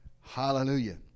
Hallelujah